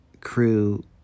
crew